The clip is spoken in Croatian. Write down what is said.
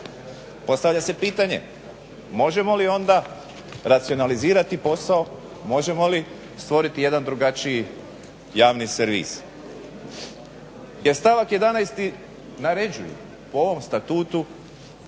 Postavlja se pitanje možemo li onda racionalizirati posao, možemo li stvoriti jedan drugačiji javni servis, jer stavak 11 naređuju po ovom statutu